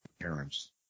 parents